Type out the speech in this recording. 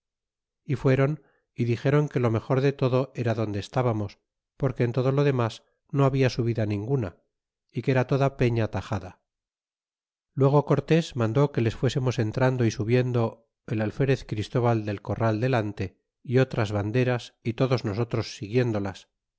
y fuéron y dixéron que lo mejor de todo era donde estábamos porque en todo lo demas no habla subida ninguna que era toda peña tajada y luego cortés mandó que les fuésemos entrando y subiendo el alferez christoval del corral delante y otras banderas y todos nosotros siguiéndolas